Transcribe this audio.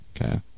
Okay